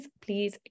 please